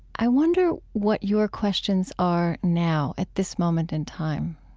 i wonder what your questions are now, at this moment in time,